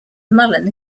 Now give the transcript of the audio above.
mullen